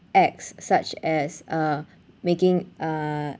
acts such as uh making uh